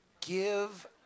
Give